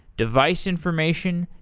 device information,